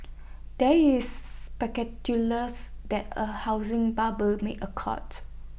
there is that A housing bubble may occurred